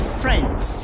friends